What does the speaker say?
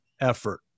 effort